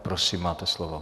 Prosím, máte slovo.